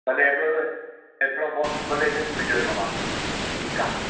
तॾहिं बि हिकिड़ो बॉक्स भले इहो बि विझो न वांदो नाहे ठीकु आहे